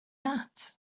that